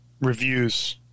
reviews